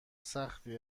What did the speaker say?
سختی